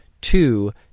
two